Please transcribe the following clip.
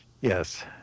Yes